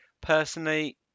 personally